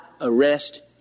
arrest